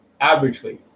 averagely